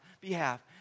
behalf